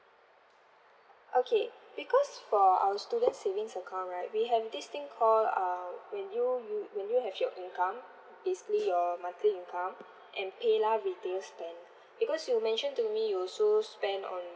okay because for our students savings account right we have this thing called uh when you u~ when you have your income basically your monthly income and PayLah retail spend because you mentioned to me you also spend on